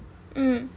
mm